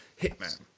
Hitman